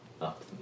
up